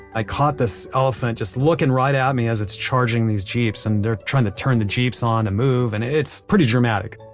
i caught this elephant just looking right at me as it's charging these jeeps, and they're trying to turn the jeeps on to move and it's pretty dramatic.